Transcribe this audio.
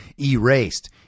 erased